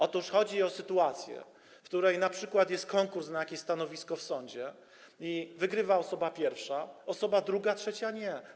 Otóż chodzi o sytuację, w której np. jest konkurs na jakieś stanowisko w sądzie i wygrywa osoba pierwsza, osoba druga, trzecia - nie.